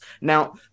now